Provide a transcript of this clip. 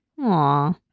Aw